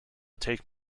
take